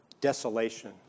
desolation